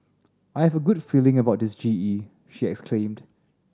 I have a good feeling about this G E she exclaimed